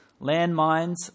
Landmines